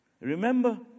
Remember